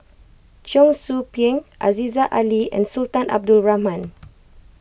Cheong Soo Pieng Aziza Ali and Sultan Abdul Rahman